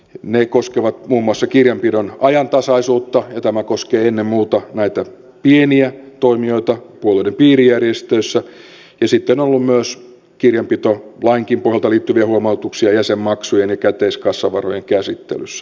ne koskevat muun muassa kirjanpidon ajantasaisuutta ja tämä koskee ennen muuta näitä pieniä toimijoita puolueiden piirijärjestöissä ja sitten on ollut myös kirjanpitolakiin liittyviä huomautuksia jäsenmaksujen ja käteiskassavarojen käsittelyssä